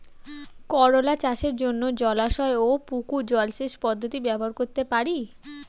করোলা চাষের জন্য জলাশয় ও পুকুর জলসেচ পদ্ধতি ব্যবহার করতে পারি?